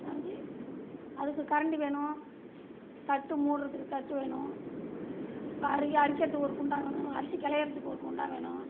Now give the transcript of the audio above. சமைச்சி அதுக்கு கரண்டி வேணும் தட்டு மூடுறத்துக்கு தட்டு வேணும் அரிக்கிறத்துக்கு ஒரு குண்டான் வேணும் அரிசி களையறத்துக்கு ஒரு குண்டான் வேணும்